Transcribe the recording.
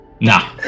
Nah